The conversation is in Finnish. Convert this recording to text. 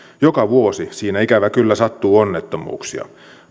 joka vuosi siinä ikävä kyllä sattuu onnettomuuksia